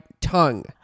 tongue